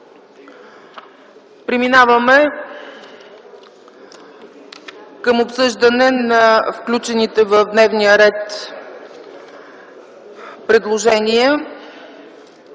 Преминаваме към обсъждане на включените в дневния ред предложения.